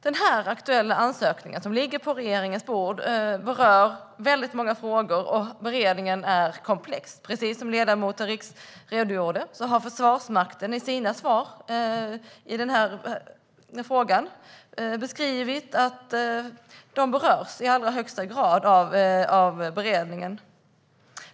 Den aktuella ansökningen som ligger på regeringens bord berör väldigt många frågor, och beredningen är komplex. Precis som ledamoten redogjorde för har Försvarsmakten i sina svar beskrivit att man i allra högsta grad berörs av beredningen.